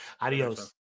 Adios